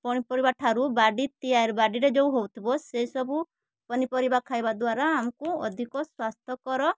ପନିପରିବା ଠାରୁ ବାଡ଼ି ତିଆରି ବାଡ଼ିରେ ଯୋଉ ହେଉଥିବ ସେସବୁ ପନିପରିବା ଖାଇବା ଦ୍ଵାରା ଆମକୁ ଅଧିକ ସ୍ୱାସ୍ଥ୍ୟକର